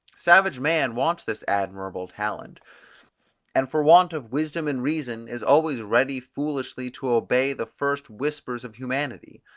savage man wants this admirable talent and for want of wisdom and reason, is always ready foolishly to obey the first whispers of humanity.